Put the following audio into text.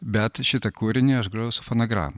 bet šitą kūrinį aš grojau su fanagrama